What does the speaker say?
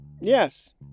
Yes